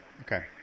Okay